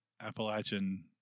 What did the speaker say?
Appalachian